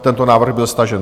Tento návrh byl stažen.